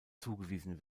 zugewiesen